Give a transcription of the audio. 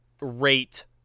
rate